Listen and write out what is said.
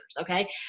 okay